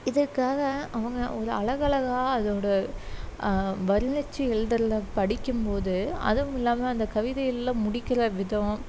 இதற்காக அவங்க ஒரு அழகழகாக அதோட வர்ணித்து எழுதுகிறத படிக்கும் போது அதுவுமில்லாமல் அந்த கவிதைகளில் முடிக்கிற விதம்